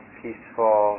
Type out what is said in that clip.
peaceful